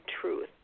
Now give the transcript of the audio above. truth